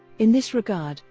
in this regard,